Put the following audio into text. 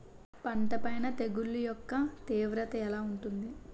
పంట పైన తెగుళ్లు యెక్క తీవ్రత ఎలా ఉంటుంది